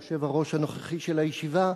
היושב-ראש הנוכחי של הישיבה,